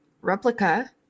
replica